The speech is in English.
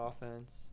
offense